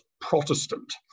Protestant